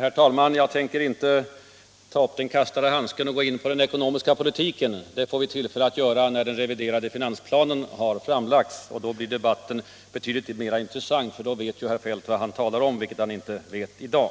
Herr talman! Nej, jag tänker inte ta upp den kastade handsken och gå in på den ekonomiska politiken. Det får vi tillfälle att göra när den reviderade finansplanen har framlagts. Då blir debatten betydligt mer inressant, för då vet herr Feldt vad han talar om, vilket han inte vet i dag.